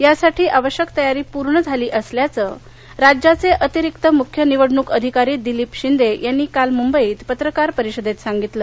यासाठी आवश्यक तयारी पूर्ण झाली असल्याचं राज्याचे अतिरिक्त मुख्य निवडणूक अधिकारी दिलीप शिंदे यांनी काल मुंबईत पत्रकार परिषदेत सांगितलं